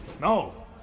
No